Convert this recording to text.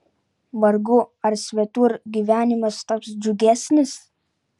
vargu ar svetur gyvenimas taps džiugesnis